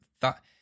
Thought